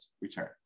return